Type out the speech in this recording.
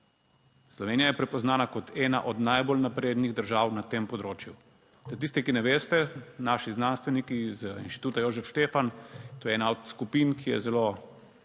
Slovenija je prepoznana kot ena od najbolj naprednih držav na tem področju. Za tiste, ki ne veste, naši znanstveniki z Inštituta Jožef Štefan, to je ena od skupin, ki je zelo